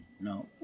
no